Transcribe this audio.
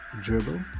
dribble